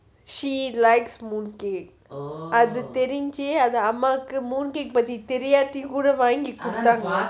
she likes mooncakes அது தெரிஞ்சே அது அம்மாக்கு:athu terinje athu ammavukki mooncake பத்தி தெரியாட்டி கூட வாங்கி குடுத்தாஙக:patthi teriyaati kuuda vaanggi kuduthaanga